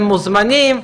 הם מוזמנים.